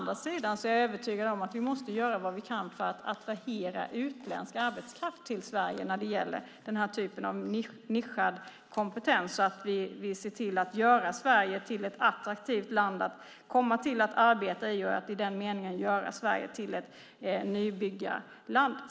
Däremot är jag övertygad om att vi måste göra vad vi kan för att attrahera utländsk arbetskraft till Sverige när det gäller den här typen av nischad kompetens så att vi ser till att göra Sverige till ett attraktivt land att komma till och arbeta i och att i den meningen göra Sverige till ett nybyggarland.